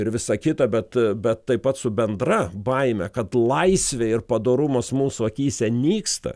ir visa kita bet bet taip pat su bendra baime kad laisvė ir padorumas mūsų akyse nyksta